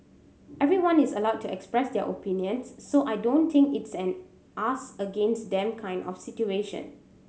everyone is allowed to express their opinions so I don't think it's an us against them kind of situation